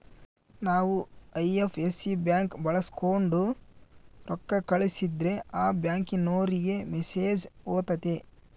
ನಾವು IFSC code ಬಳಕ್ಸೋಂಡು ರೊಕ್ಕ ಕಳಸಿದ್ರೆ ಆ ಬ್ಯಾಂಕಿನೋರಿಗೆ ಮೆಸೇಜ್ ಹೊತತೆ